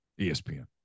ESPN